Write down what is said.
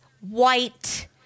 white